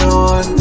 on